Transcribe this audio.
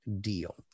deal